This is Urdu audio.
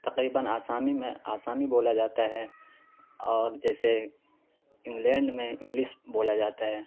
تقریباً آسامی میں آسامی بولا جاتا ہے اور جیسے انگلینڈ میں انگلش بولا جاتا ہے